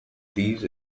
these